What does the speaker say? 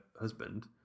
husband